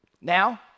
Now